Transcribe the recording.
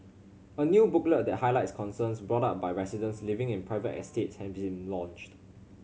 a new booklet that highlights concerns brought up by residents living in private estate has been launched